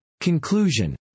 Conclusion